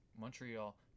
Montreal